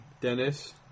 Dennis